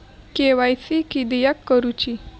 KYC किदयाक करूची?